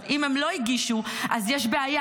אם הן לא הגישו, אז יש בעיה.